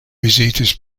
vizitis